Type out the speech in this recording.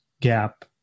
gap